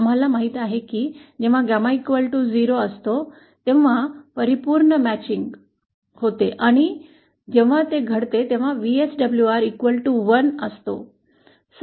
आम्हाला माहित आहे की जेव्हा 𝚪 0 च्या बरोबरीचा असतो तेव्हा परिपूर्ण जुळणी होते आणि जेव्हा ते घडते तेव्हा VSWR 1 च्या बरोबर असते